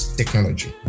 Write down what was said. technology